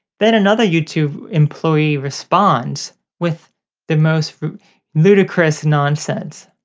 then another youtube employee responds with the most ludicrous nonsense